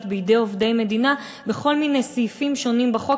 בידי עובדי מדינה בכל מיני סעיפים שונים בחוק,